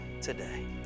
today